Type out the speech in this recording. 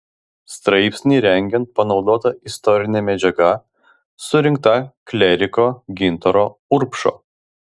straipsnį rengiant panaudota istorinė medžiaga surinkta klieriko gintaro urbšo